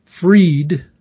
freed